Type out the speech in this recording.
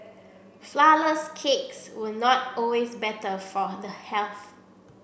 flourless cakes was not always better for the health